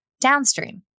downstream